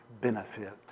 benefit